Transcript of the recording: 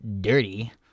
Dirty